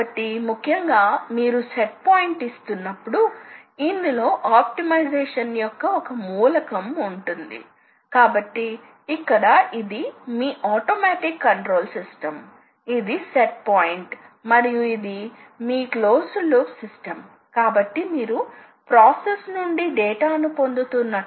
కాబట్టి coordinate system లను నిర్వచించడం ప్రాథమికమైనది ఎందుకంటే అన్ని పార్ట్ ప్రోగ్రామ్ సూచనలు ఇవ్వబడ్డాయి వాటిలో చాలావరకు ముఖ్యంగా ప్రధాన కట్టింగ్ సూచనలు పార్ట్ ప్రోగ్రామ్ ఇన్స్ట్రక్షన్ అన్నీ వేర్వేరు కోఆర్డినేట్లు కాబట్టి కోఆర్డినేట్ స్పేస్ వాస్తవానికి చాలా సులభం